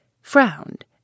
frowned